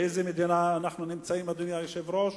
באיזו מדינה אנחנו נמצאים, אדוני היושב-ראש?